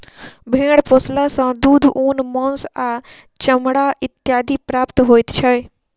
भेंड़ पोसला सॅ दूध, ऊन, मौंस आ चमड़ा इत्यादि प्राप्त होइत छै